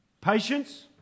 Patience